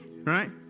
right